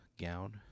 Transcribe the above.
gown